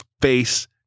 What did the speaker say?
face